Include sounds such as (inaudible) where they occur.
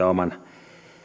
(unintelligible) oman